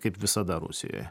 kaip visada rusijoje